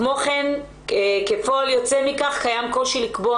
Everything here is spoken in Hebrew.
כמוכן כפועל יוצא מכך קיים קושי לקבוע